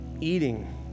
eating